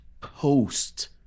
post